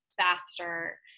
faster